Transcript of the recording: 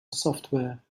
software